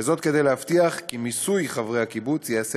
וזאת כדי להבטיח כי מיסוי חברי הקיבוץ ייעשה